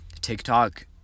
TikTok